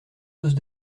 dose